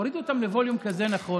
הורידו אותם לווליום כזה נמוך.